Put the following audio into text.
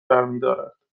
برمیدارد